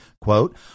quote